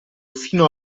fino